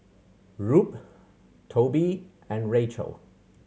Rube Tobie and Rachel